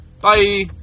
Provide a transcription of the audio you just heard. bye